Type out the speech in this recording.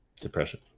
Depression